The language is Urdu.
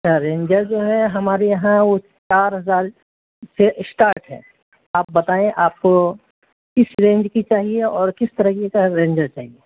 اچھا رینجر جو ہے ہمارے یہاں وہ چار ہزار سے اسٹارٹ ہے آپ بتائیں کہ آپ کو کس رینج کی چاہیے اور کس طرح کی سر رینجر چاہیے